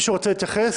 מישהו רוצה להתייחס?